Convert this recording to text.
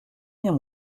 bien